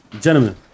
gentlemen